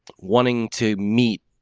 wanting to meet